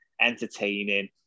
entertaining